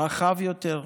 רחב יותר,